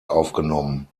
aufgenommen